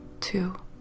two